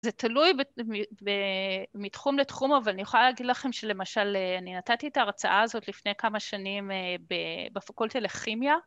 ‫זה תלוי מתחום לתחום, ‫אבל אני יכולה להגיד לכם ‫שלמשל, אני נתתי את ההרצאה הזאת ‫לפני כמה שנים בפקולטה לכימיה.